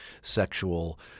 sexual